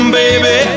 baby